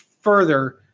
further